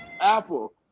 Apple